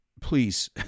please